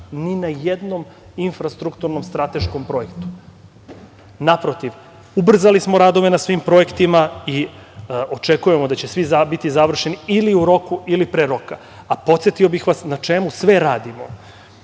ni na jednom infrastrukturnom strateškom projektu. Naprotiv, ubrzali smo radove na svim projektima i očekujemo da će svi biti završeni ili u roku ili pre roka. Podsetio bih vas na čemu sve radimo: